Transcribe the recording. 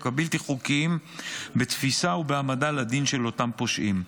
הבלתי-חוקיים בתפיסה ובהעמדה לדין של אותם פושעים.